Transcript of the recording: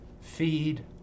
Feed